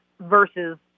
versus